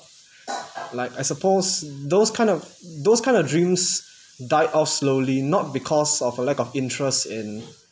like I suppose those kind of those kind of dreams died off slowly not because of a lack of interest in